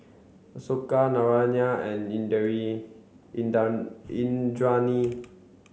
Ashoka Narayana and Indranee